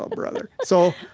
um brother. so,